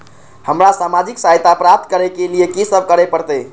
हमरा सामाजिक सहायता प्राप्त करय के लिए की सब करे परतै?